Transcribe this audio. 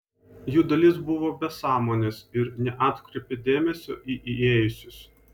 jų dalis buvo be sąmonės ir neatkreipė dėmesio į įėjusius